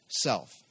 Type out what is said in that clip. self